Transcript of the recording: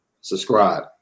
subscribe